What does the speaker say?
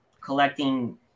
collecting